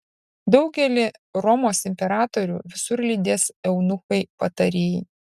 daugelį romos imperatorių visur lydės eunuchai patarėjai